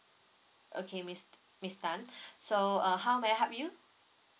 okay miss miss tan so uh how may I help you